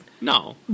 No